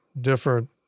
different